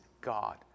God